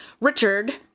Richard